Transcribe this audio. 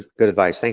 good advice. thank